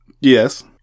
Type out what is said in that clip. Yes